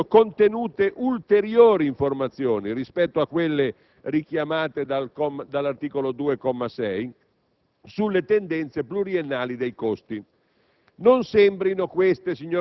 che, nell'allegato in questione, vengano contenute ulteriori informazioni, rispetto a quelle richiamate dall'articolo 2, comma 6, sulle tendenze pluriennali dei costi.